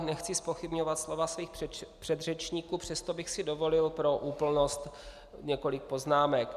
Nechci zpochybňovat slova svých předřečníků, přesto bych si dovolil pro úplnost několik poznámek.